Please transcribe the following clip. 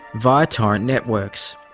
via torrent networks.